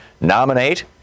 nominate